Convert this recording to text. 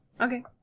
Okay